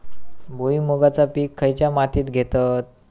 भुईमुगाचा पीक खयच्या मातीत घेतत?